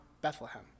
Bethlehem